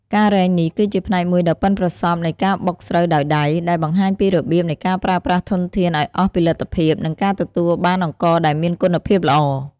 ការរែងនេះ គឺជាផ្នែកមួយដ៏ប៉ិនប្រសប់នៃការបុកស្រូវដោយដៃ ដែលបង្ហាញពីរបៀបនៃការប្រើប្រាស់ធនធានឱ្យអស់ពីលទ្ធភាព និងការទទួលបានអង្ករដែលមានគុណភាពល្អ។